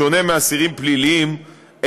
בשונה מאסירים פליליים,